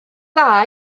dda